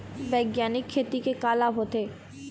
बैग्यानिक खेती के का लाभ होथे?